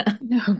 No